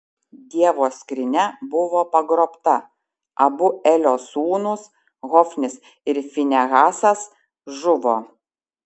dievo skrynia buvo pagrobta abu elio sūnūs hofnis ir finehasas žuvo